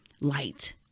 light